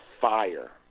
fire